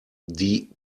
die